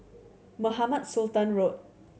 Mohamed Sultan Road